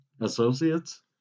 associates